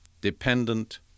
dependent